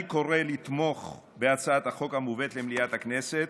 אני קורא לתמוך בהצעת החוק המובאת למליאת הכנסת,